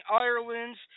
Ireland's